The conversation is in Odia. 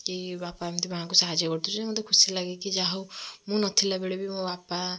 କି ବାପା ଏମିତି ମାଁଙ୍କୁ ସାହାଯ୍ୟ କରିଦେଉଛନ୍ତି ମୋତେ ଖୁସି ଲାଗେ କି ଯାହା ହେଉ ମୁଁ ନଥିଲା ବେଳେ ବି ମୋ ବାପା